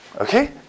Okay